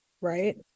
right